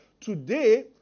Today